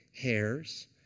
hairs